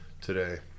today